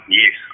yes